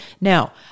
Now